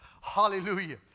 Hallelujah